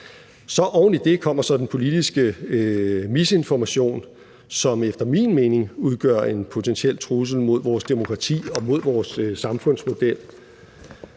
Oven i det kommer så den politiske misinformation, som efter min mening udgør en potentiel trussel mod vores demokrati og mod vores samfundsmodel.